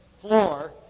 floor